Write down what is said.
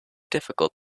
difficult